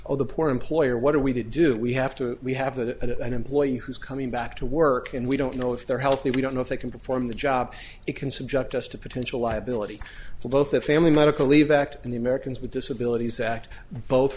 oh the poor employer what are we to do we have to we have that an employee who's coming back to work and we don't know if they're healthy we don't know if they can perform the job it can subject us to potential liability for both the family medical leave act and the americans with disabilities